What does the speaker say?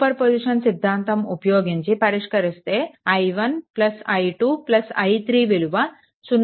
super position సిద్ధాంతం ఉపయోగించి పరిష్కరిస్తే i1 i2 i3 విలువ 0